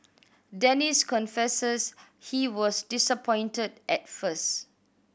Dennis confesses he was disappointed at first